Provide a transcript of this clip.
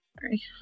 Sorry